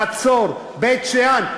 חצור, בית-שאן.